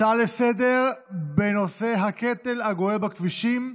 הצעות לסדר-היום בנושא: הקטל הגואה בכבישים,